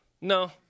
No